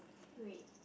wait